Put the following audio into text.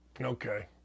okay